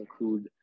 include